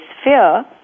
sphere